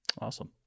Awesome